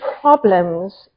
problems